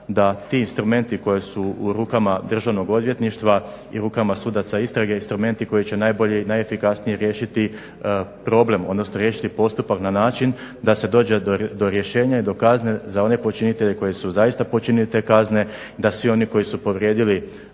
da ti instrumenti koji su u rukama Državnog odvjetništva i u rukama sudaca istrage, instrumenti koji će najbolje i najefikasnije riješiti problem, odnosno riješiti postupak na način da se dođe do rješenja i do kazne za one počinitelje koji su zaista počinili te kazne da svi oni koji su povrijedili